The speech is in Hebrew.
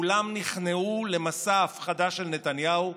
כולם נכנעו למסע ההפחדה של נתניהו,